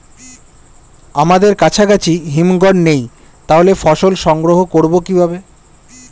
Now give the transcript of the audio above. আমাদের কাছাকাছি হিমঘর নেই তাহলে ফসল সংগ্রহ করবো কিভাবে?